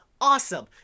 Awesome